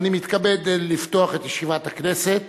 ואני מתכבד לפתוח את ישיבת הכנסת.